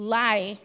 lie